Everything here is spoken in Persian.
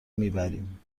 میبریم